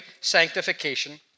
sanctification